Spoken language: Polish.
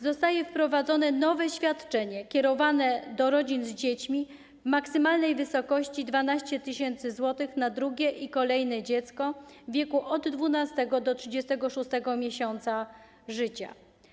Zostaje wprowadzone nowe świadczenie kierowane do rodzin z dziećmi w maksymalnej wysokości 12 tys. zł na drugie i kolejne dziecko w wieku od 12. do 36. miesiąca życia.